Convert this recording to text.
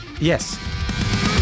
yes